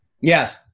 Yes